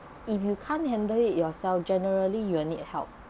if you can't handle it yourself generally you will need help